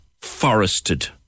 forested